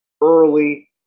early